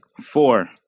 four